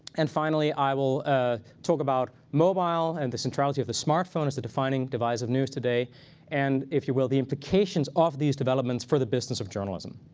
and finally, i will ah talk about mobile and the centrality of the smartphone as the defining device of news today and, if you will, the implications of these developments for the business of journalism.